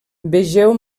vegeu